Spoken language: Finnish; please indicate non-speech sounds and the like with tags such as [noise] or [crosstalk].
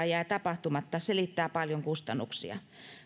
[unintelligible] jää tapahtumatta selittää paljon kustannuksia